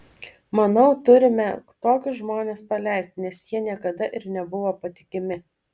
manau turime tokius žmones paleisti nes jie niekada ir nebuvo patikimi